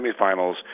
semifinals